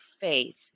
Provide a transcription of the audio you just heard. faith